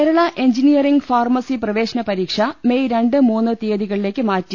Kerala engineering pharmacy പ്രവേശന പരീക്ഷ May രണ്ട് മൂന്ന് തീയതികളിലേക്ക് മാറ്റി